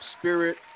Spirit